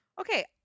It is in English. Okay